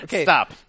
Stop